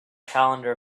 calendar